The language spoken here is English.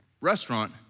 restaurant